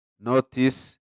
notice